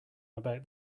about